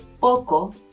poco